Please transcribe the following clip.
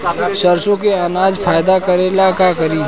सरसो के अनाज फायदा करेला का करी?